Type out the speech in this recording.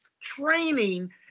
training